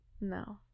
No